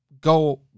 go